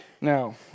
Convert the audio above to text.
Now